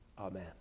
Amen